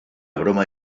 broma